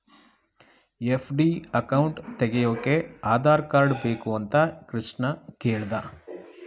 FD account ತೆಗೆಯೋಕೆ Aadhaar card ಬೇಕು ಅಂತ ಕೃಷ್ಣ ಕೇಳ್ದ